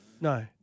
No